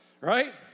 right